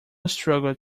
struggled